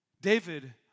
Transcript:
David